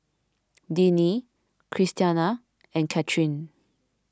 Deanne Christiana and Cathryn